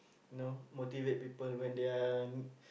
you know motivate people when they are